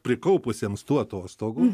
prikaupusiems tų atostogų